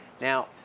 Now